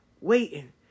waiting